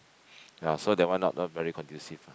ya so that one not not very conducive ah